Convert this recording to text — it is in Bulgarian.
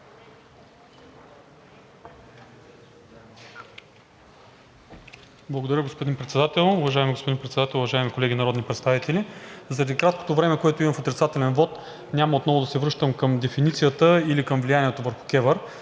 Уважаеми господин Председател, уважаеми колеги народни представители! Заради краткото време, което имам в отрицателен вот, няма отново да се връщам към дефиницията или към влиянието върху КЕВР,